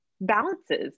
balances